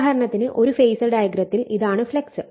ഉദാഹരണത്തിന് ഒരു ഫേസർ ഡയഗ്രത്തിൽ ഇതാണ് ഫ്ളക്സ്